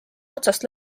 otsast